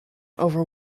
over